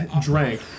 drank